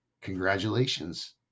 Congratulations